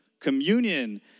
Communion